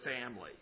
family